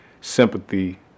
sympathy